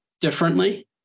differently